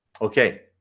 Okay